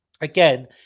again